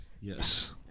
Yes